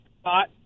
spot